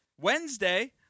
Wednesday